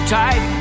tight